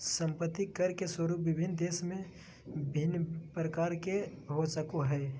संपत्ति कर के स्वरूप विभिन्न देश में भिन्न प्रकार के हो सको हइ